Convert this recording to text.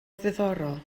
ddiddorol